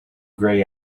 grey